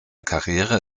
karriere